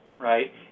right